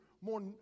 more